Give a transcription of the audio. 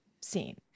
scene